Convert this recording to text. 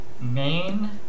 main